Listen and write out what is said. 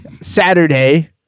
Saturday